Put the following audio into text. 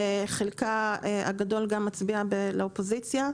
שחלקה הגדול גם מצביע לאופוזיציה,